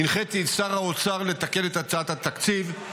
הנחיתי את שר האוצר לתקן את הצעת התקציב,